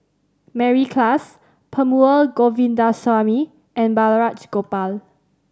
Mary Klass Perumal Govindaswamy and Balraj Gopal